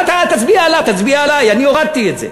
אתה, אל תצביע עליו, תצביע עלי, אני הורדתי את זה.